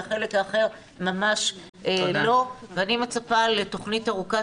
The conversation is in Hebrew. אבל החלק האחר ממש לא ואני מצפה לתוכנית ארוכת